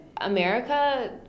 America